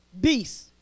beasts